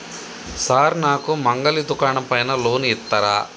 Sir నాకు మంగలి దుకాణం పైన లోన్ ఇత్తరా?